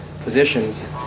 positions